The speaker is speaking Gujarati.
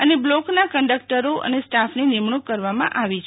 અને બ્લોકના કન્ડકટરો અને સ્ટાફની નિમણૂંક કરવામાં આવી છે